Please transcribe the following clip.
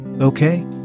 Okay